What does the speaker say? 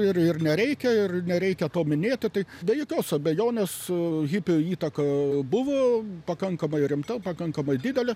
ir ir nereikia ir nereikia to minėto tai be jokios abejonės hipių įtaka buvo pakankamai rimta pakankamai didelė